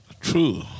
True